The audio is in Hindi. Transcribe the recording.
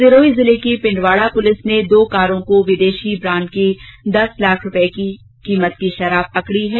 सिरोही जिले की पिण्डवाडा पुलिस ने दो कारों को विदेशी ब्रांड की दस लाख रूपए कीमत की शराब पकड़ी है